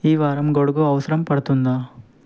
ఈ వారం గొడుగు అవసరం పడుతుందా